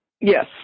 Yes